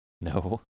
No